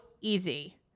easy